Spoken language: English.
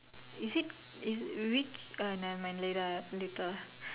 is it is uh nevermind later I later ah